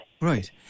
Right